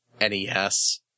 NES